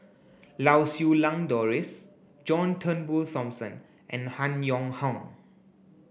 Lau Siew Lang Doris John Turnbull Thomson and Han Yong Hong